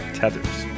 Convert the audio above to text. tethers